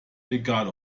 egal